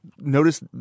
notice